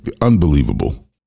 Unbelievable